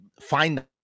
find